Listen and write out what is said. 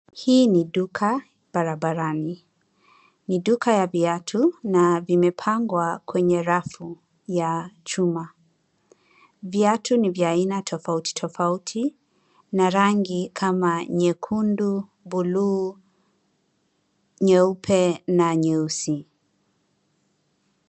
Hili ni duka Barabarani. Ni duka ya viatu, na vimepangwa kwenye rafu ya chuma. Viatu ni vya aina tofauti tofauti na rangi kama nyekundu, bluu, nyeupe na nyeusi.